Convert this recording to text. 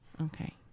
Okay